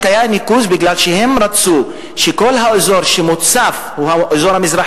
כי הם רצו שמכל האזור המזרחי,